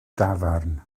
dafarn